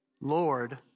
Lord